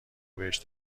بهش